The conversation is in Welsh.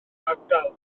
ardal